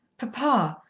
papa,